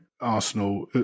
Arsenal